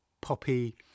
poppy